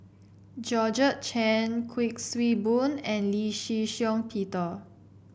Georgette Chen Kuik Swee Boon and Lee Shih Shiong Peter